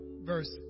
verse